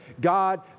God